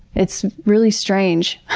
it's really strange.